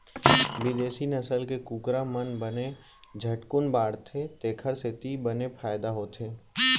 बिदेसी नसल के कुकरा मन बने झटकुन बाढ़थें तेकर सेती बने फायदा होथे